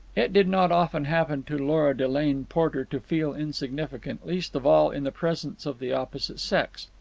it did not often happen to lora delane porter to feel insignificant, least of all in the presence of the opposite sex.